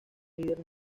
líder